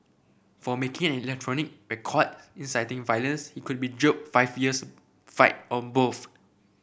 for making an electronic record inciting violence he could be jailed five years fined or both